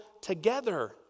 together